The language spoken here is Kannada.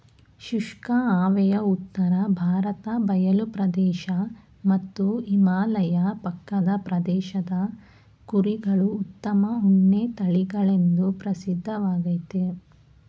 ಶುಷ್ಕ ಹವೆಯ ಉತ್ತರ ಭಾರತ ಬಯಲು ಪ್ರದೇಶ ಮತ್ತು ಹಿಮಾಲಯ ಪಕ್ಕದ ಪ್ರದೇಶದ ಕುರಿಗಳು ಉತ್ತಮ ಉಣ್ಣೆ ತಳಿಗಳೆಂದು ಪ್ರಸಿದ್ಧವಾಗಯ್ತೆ